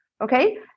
okay